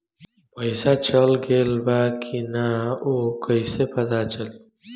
पइसा चल गेलऽ बा कि न और कइसे पता चलि?